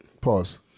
Pause